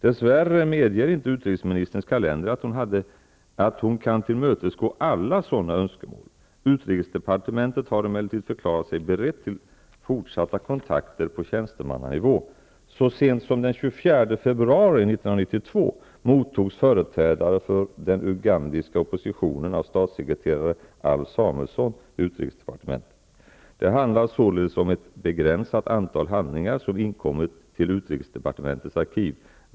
Dess värre medger inte utrikesministerns kalender att hon kan tillmötesgå alla sådana önskemål. Utrikesdepartementet har emellertid förklarat sig berett till fortsatta kontakter på tjänstemannanivå. Så sent som den 24 februari 1992 mottogs företrädare för den ugandiska oppositionen av statssekreterare Alf Samuelsson vid utrikesdepartementet. Det handlar således om ett begränsat antal handlingar som inkommit till utrikesdepartementets arkiv.